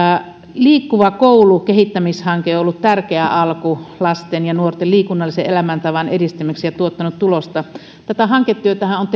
liikkuva koulu kehittämishanke on ollut tärkeä alku lasten ja nuorten liikunnallisen elämäntavan edistämiseksi ja tuottanut tulosta tätä hanketyötähän on